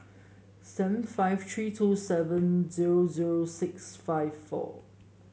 seven five three two seven zero zero six five four